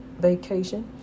vacation